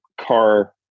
car